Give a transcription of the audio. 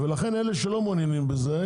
ולכן אלה שלא מעוניינים בזה,